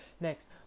next